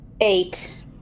Eight